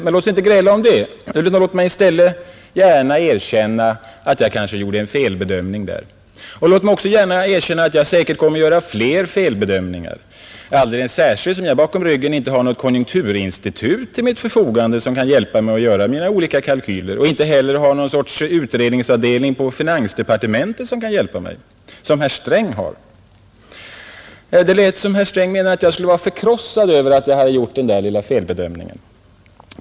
Men låt oss inte gräla om det, utan låt mig i stället gärna erkänna att jag kanske gjorde en felbedömning där, och låt mig också gärna erkänna att jag säkert kommer att göra fler felbedömningar, alldeles särskilt som jag bakom ryggen inte har något konjunkturinstitut till mitt förfogande, som kan hjälpa mig att göra mina olika kalkyler och inte heller har någon utredningsavdelning på finansdepartementet som kan hjälpa mig, så som herr Sträng har. Det lät som om herr Sträng menade att jag skulle vara förkrossad över att jag hade gjort den där lilla felbedömningen.